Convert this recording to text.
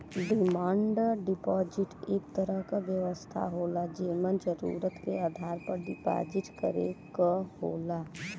demand deposit एक तरह क व्यवस्था होला जेमन जरुरत के आधार पर डिपाजिट करे क होला